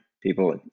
people